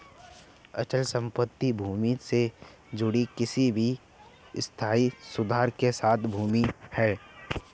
अचल संपत्ति भूमि से जुड़ी किसी भी स्थायी सुधार के साथ भूमि है